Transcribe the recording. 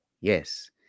yes